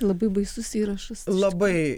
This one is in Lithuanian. labai baisus įrašas labai